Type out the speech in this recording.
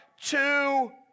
two